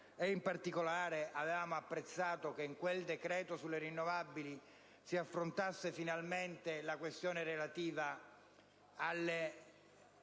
in particolare, avevamo apprezzato che in quel decreto sulle rinnovabili si affrontasse finalmente la questione relativa al